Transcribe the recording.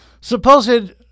supposed